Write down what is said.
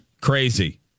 Crazy